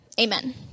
Amen